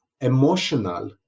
emotional